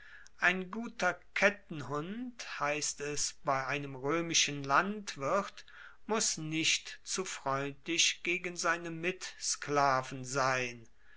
ein guter kettenhund heisst es bei einem roemischen landwirt muss nicht zu freundlich gegen seine mitsklaven sein